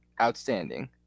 outstanding